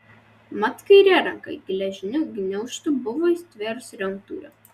mat kairė ranka geležiniu gniaužtu buvo įsitvėrusi ranktūrio